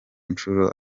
nshuro